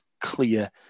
clear